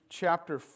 chapter